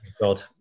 God